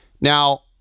Now